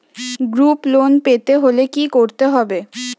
Group loan পেতে হলে কি করতে হবে?